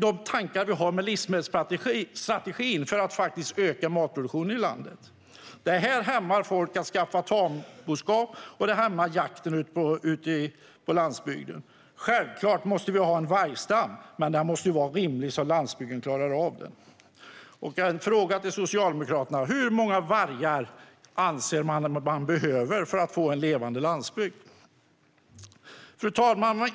de tankar vi har med livsmedelsstrategin för att öka matproduktionen i landet. Det hämmar folk som vill skaffa tamboskap, och det hämmar jakten på landsbygden. Självklart måste vi ha en vargstam, men den måste vara rimlig så att landsbygden klarar av den. En fråga till Socialdemokraterna: Hur många vargar anser ni att vi behöver för att få en levande landsbygd? Fru talman!